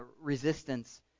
resistance